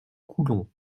coulon